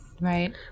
Right